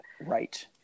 right